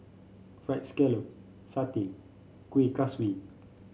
fried scallop satay Kuih Kaswi